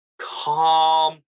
calm